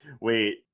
Wait